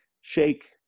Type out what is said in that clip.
shake